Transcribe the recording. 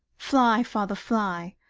fly, father, fly!